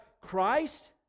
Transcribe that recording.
Christ